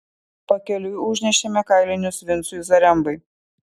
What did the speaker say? pakeliui užnešėme kailinius vincui zarembai